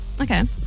Okay